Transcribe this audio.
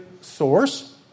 source